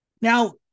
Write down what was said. now